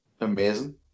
amazing